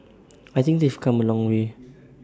I think they've come A long way